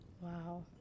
wow